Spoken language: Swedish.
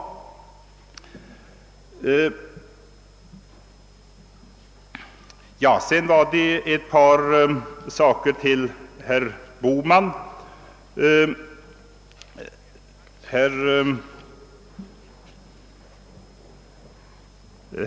Vidare vill jag ta upp ett par punkter i herr Bohmans anförande.